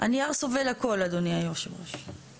הנייר סובל הכל, אדוני יושב הראש.